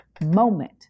moment